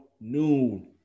noon